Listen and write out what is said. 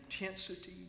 intensity